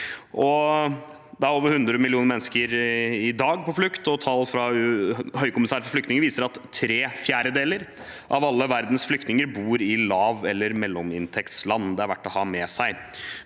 Det er over 100 millioner mennesker på flukt i dag, og tall fra Høykommissæren for flyktninger viser at tre fjerdedeler av alle flyktningene i verden bor i lav- eller mellominntektsland. Det er det verdt å ha med seg.